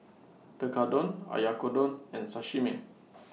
Tekkadon Oyakodon and Sashimi